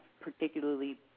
particularly